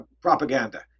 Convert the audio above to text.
propaganda